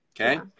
Okay